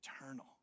eternal